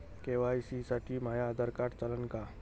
KYC साठी माह्य Aadhaar card चालन का?